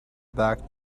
back